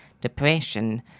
depression